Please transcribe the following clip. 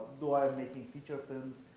do i making feature films.